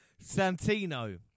Santino